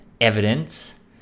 Evidence